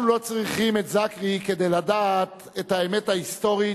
אנחנו לא צריכים את זכי כדי לדעת את האמת ההיסטורית,